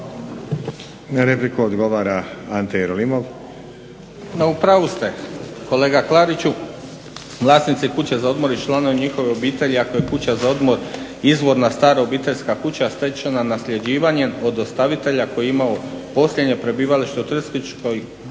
**Jerolimov, Ante (HDZ)** Pa upravu ste kolega Klariću, vlasnici kuće za odmor i članovi njihovih obitelji ako je kuća za odmor izvorna stara obiteljska kuća stečena nasljeđivanjem od ostavitelja koji je imao posljednje prebivalište u turističkoj